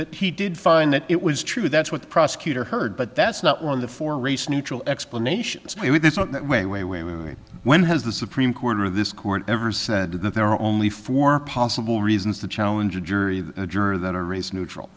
that he did find that it was true that's what the prosecutor heard but that's not one of the four race neutral explanations that way way way way when has the supreme court of this court ever said that there are only four possible reasons to challenge a jury a juror that a race neutral